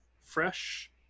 fresh